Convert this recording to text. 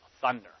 thunder